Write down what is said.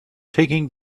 taking